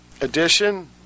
edition